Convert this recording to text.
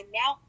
now